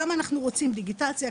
כמה אנחנו רוצים דיגיטציה,